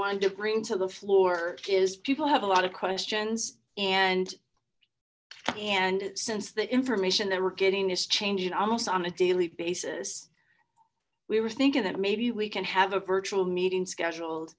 wanted to bring to the floor is people have a lot of questions and and since the information that we're getting is changed almost on a daily basis we were thinking that maybe we can have a virtual meeting scheduled